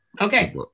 Okay